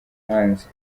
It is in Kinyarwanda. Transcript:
hanze